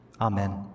Amen